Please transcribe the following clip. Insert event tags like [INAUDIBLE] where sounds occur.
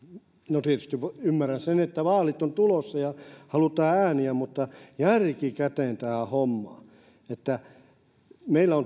no tietysti ymmärrän sen että vaalit ovat tulossa ja halutaan ääniä mutta järki käteen tähän hommaan tuotekehittelyä ei meillä [UNINTELLIGIBLE]